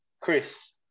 Chris